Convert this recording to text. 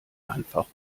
einfach